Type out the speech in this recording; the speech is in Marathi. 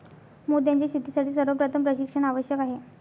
मोत्यांच्या शेतीसाठी सर्वप्रथम प्रशिक्षण आवश्यक आहे